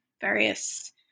various